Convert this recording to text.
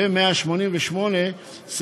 ואת ההגדרה "תשתית"